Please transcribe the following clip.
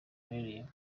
ruherereyemo